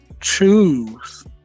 choose